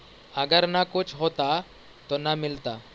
अगर न कुछ होता तो न मिलता?